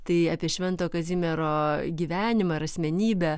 tai apie švento kazimiero gyvenimą ir asmenybę